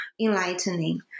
enlightening